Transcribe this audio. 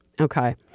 Okay